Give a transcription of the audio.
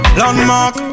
landmark